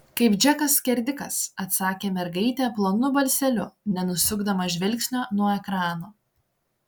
kaip džekas skerdikas atsakė mergaitė plonu balseliu nenusukdama žvilgsnio nuo ekrano